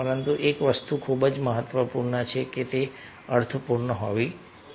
પરંતુ એક વસ્તુ ખૂબ જ મહત્વપૂર્ણ છે તે અર્થપૂર્ણ હોવી જોઈએ